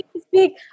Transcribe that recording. speak